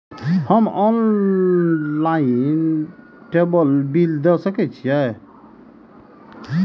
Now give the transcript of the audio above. हम online table bill दे सके छी?